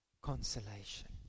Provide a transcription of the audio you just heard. consolation